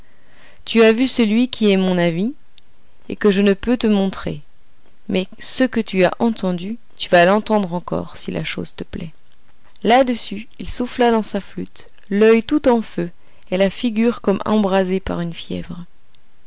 tu as vu celui qui est mon ami et que je ne peux te montrer mais ce que tu as entendu tu vas l'entendre encore si la chose te plaît là-dessus il souffla dans sa flûte l'oeil tout en feu et la figure comme embrasée par une fièvre